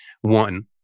One